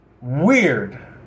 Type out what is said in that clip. weird